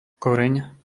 koreň